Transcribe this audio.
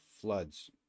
floods